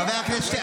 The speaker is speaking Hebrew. חבר הכנסת שטרן.